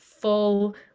full